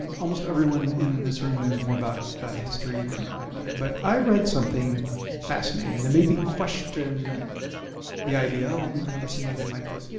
and almost everyone in this room knows more about history than i do, but i read something fascinating that made me question the idea, we've never seen anything like this.